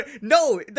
No